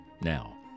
Now